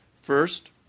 First